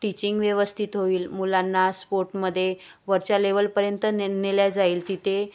teaching व्यवस्थित होईल मुलांना स्पोर्टमध्ये वरच्या लेवलपर्यंत ने नेल्या जाईल तिथे